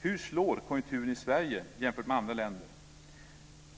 Hur slår konjunkturen i Sverige jämfört med andra länder?